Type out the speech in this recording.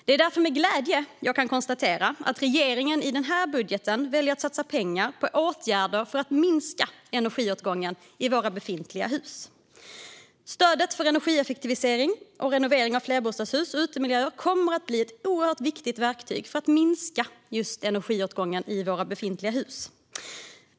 Det är därför med glädje jag kan konstatera att regeringen i denna budget väljer att satsa pengar på åtgärder för att minska energiåtgången i våra befintliga hus. Stödet för energieffektivisering och renovering av flerbostadshus och utemiljöer kommer att bli ett oerhört viktigt verktyg för att minska energiåtgången i våra befintliga hus.